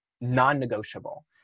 non-negotiable